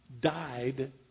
died